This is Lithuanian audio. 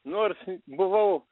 nors buvau